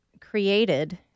created